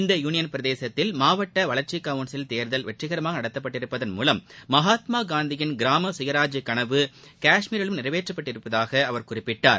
இந்த யூனியன் பிரதேசத்தில் மாவட்ட வளர்ச்சிக்கவுன்சில் தேர்தல் வெற்றிகரமாக நடத்தப்பட்டிருப்பதன் மூலம் மகாத்மா காந்தியின் கிராம சுயராஜ்ய கனவு கஷ்மீரிலும் நிறைவேறியிருப்பதாக அவர் குறிப்பிட்டார்